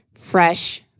fresh